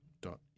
dot